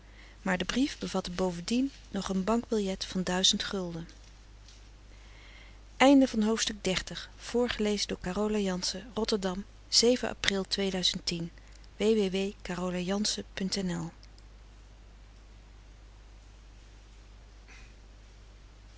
maar de brief bevatte bovendien nog een bankbillet van duizend gulden